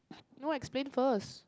no explain first